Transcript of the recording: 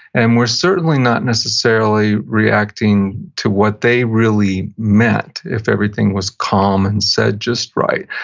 and we're certainly not necessarily reacting to what they really meant if everything was calm and said just right.